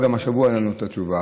וגם השבוע אין לנו את התשובה.